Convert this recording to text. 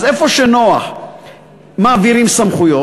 אז איפה שנוח מעבירים סמכויות,